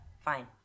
fine